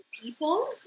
people